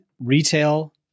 retail